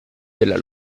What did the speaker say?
della